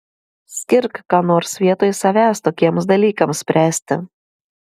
skirk ką nors vietoj savęs tokiems dalykams spręsti